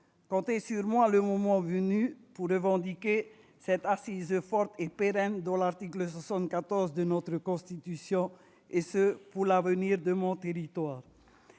Comptez sur moi, le moment venu, pour « revendiquer » l'inscription de cette assise forte et pérenne dans l'article 74 de notre Constitution, pour l'avenir de mon territoire.